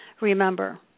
remember